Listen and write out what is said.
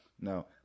no